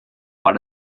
war